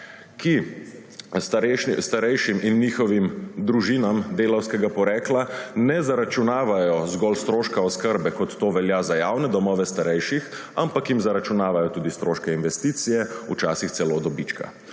ki starejšim in njihovim družinam delavskega porekla ne zaračunavajo zgolj stroška oskrbe, kot to velja za javne domove starejših, ampak jim zaračunavajo tudi stroške investicije, včasih celo dobička.